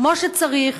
כמו שצריך